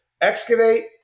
Excavate